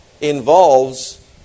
involves